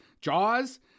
jaws